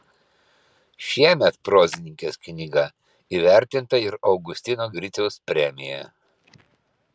šiemet prozininkės knyga įvertinta ir augustino griciaus premija